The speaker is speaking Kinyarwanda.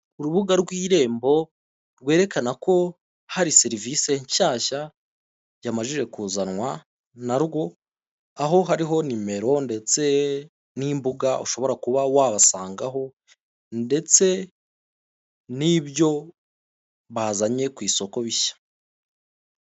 Urubuga rw'irembo rwerekana ko hari serivise nshyashya yamajije kuzanwa na rwo, aho hariho nimero ndetse n'imbuga ushobora kuba wabasangaho ndetse n'ibyo bazanye ku isoko bishya.